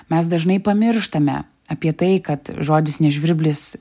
mes dažnai pamirštame apie tai kad žodis ne žvirblis